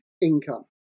income